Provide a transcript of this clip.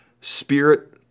Spirit